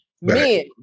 men